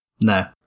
No